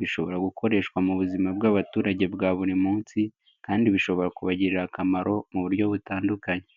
bishobora gukoreshwa mu buzima bw'abaturage bwa buri munsi, kandi bishobora kubagirira akamaro mu buryo butandukanye.